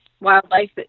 wildlife